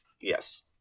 Yes